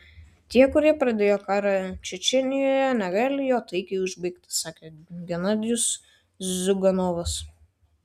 tie kurie pradėjo karą čečėnijoje negali jo taikiai užbaigti sakė genadijus ziuganovas